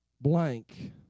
blank